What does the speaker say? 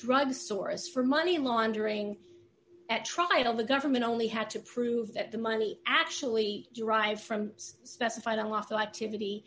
drug store as for money laundering at trial the government only had to prove that the money actually derive from specified unlawful activity